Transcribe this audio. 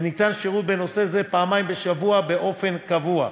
וניתן שירות בנושא זה פעמיים בשבוע באופן קבוע.